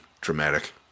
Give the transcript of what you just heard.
dramatic